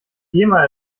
gema